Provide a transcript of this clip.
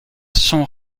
son